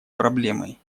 проблемой